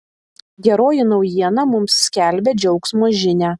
geroji naujiena mums skelbia džiaugsmo žinią